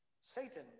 Satan